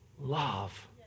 love